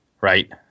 right